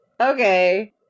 Okay